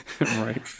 right